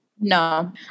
No